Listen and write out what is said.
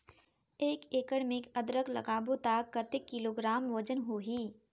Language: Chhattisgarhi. एक एकड़ मे अदरक लगाबो त कतेक किलोग्राम वजन होही?